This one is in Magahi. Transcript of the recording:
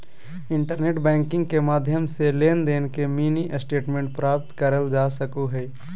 इंटरनेट बैंकिंग के माध्यम से लेनदेन के मिनी स्टेटमेंट प्राप्त करल जा सको हय